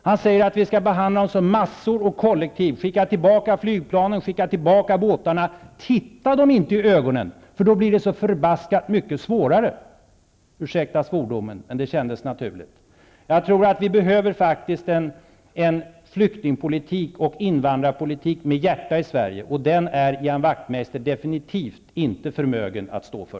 Han säger att vi skall behandla dem som massor och kollektiv, att vi skall skicka tillbaka flygplanen och båtarna och att vi inte skall titta dem i ögonen, för då blir det så förbaskat mycket svårare -- ursäkta svordomen, men den kändes naturlig. Jag tror att vi behöver en flykting och invandrarpolitik med hjärta i Sverige, men en sådan är Ian Wachtmeister definitivt inte förmögen att stå för.